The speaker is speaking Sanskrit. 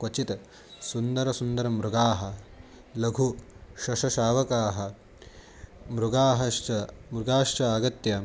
क्वचित् सुन्दरसुन्दरमृगाः लघु शशशावकाः मृगाश्च मृगाश्च आगत्य